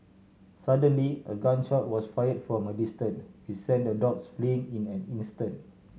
suddenly a gun shot was fired from a distance which sent the dogs fleeing in an instant